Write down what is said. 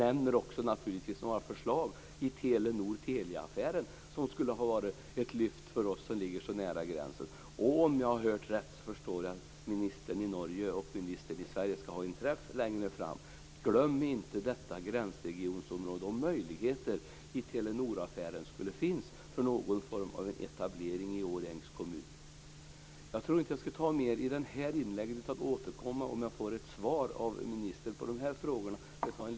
Jag vill naturligtvis också nämna Telenor-Telia-affären som skulle ha varit ett lyft för oss som ligger så nära gränsen. Om jag har hört rätt skall ministern i Norge och ministern i Sverige ha en träff längre fram. Glöm då inte bort detta gränsområde och möjligheterna till etablering i någon form i Årjängs kommun i Telenoraffären. Jag skall inte ta upp fler frågor i detta inlägg utan återkommer om jag får ett svar av näringsministern på mina frågor.